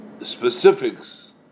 specifics